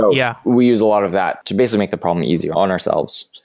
but yeah we use a lot of that to basically make the problem easier on ourselves.